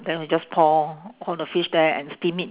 then we just pour on the fish there and steam it